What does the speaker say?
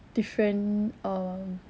different um